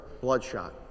bloodshot